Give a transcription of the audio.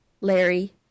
Larry